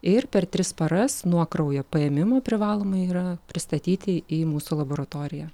ir per tris paras nuo kraujo paėmimo privaloma yra pristatyti į mūsų laboratoriją